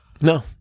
No